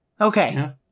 Okay